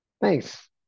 thanks